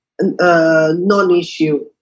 non-issue